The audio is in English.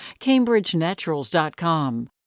CambridgeNaturals.com